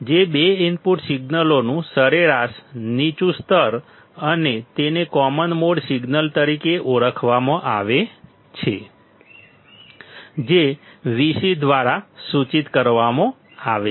જે બે ઇનપુટ સિગ્નલોનું સરેરાશ નીચું સ્તર અને તેને કોમન મોડ સિગ્નલ તરીકે ઓળખવામાં આવે છે જે Vc દ્વારા સૂચિત કરવામાં આવે છે